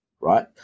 right